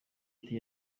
ati